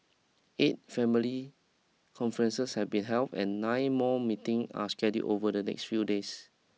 eight family conferences have been held and nine more meeting are scheduled over the next few days